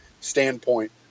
standpoint